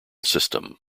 system